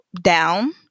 down